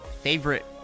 favorite